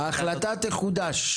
ההחלטה תחודש.